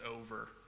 over